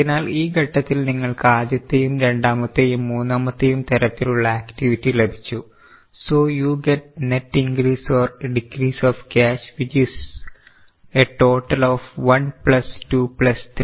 അതിനാൽ ഈ ഘട്ടത്തിൽ നിങ്ങൾക്ക് ആദ്യത്തെയും രണ്ടാമത്തെയും മൂന്നാമത്തെയും തരത്തിലുള്ള ആക്റ്റിവിറ്റി ലഭിച്ചു so you get net increase or decrease of cash which is a total of 1 plus 2 plus 3